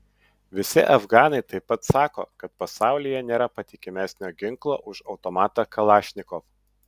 visi afganai taip pat sako kad pasaulyje nėra patikimesnio ginklo už automatą kalašnikov